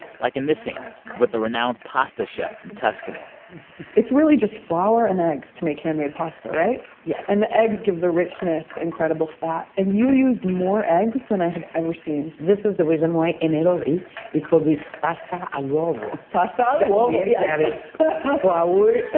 like in this scene like with a renowned pasta chef from tuscany it's really just flour and eggs to make handmade pasta, right? yes and the eggs give the richness, the incredible fat. and you used more eggs than i had ever seen this is the reason why in italy we call this pasta all'uovo pasta all'uovo, yes yeah that is ah flour